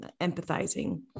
empathizing